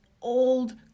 old